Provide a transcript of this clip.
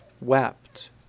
wept